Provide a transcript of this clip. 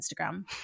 Instagram